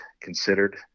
considered